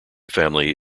family